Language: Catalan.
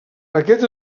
aquest